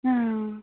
हाँ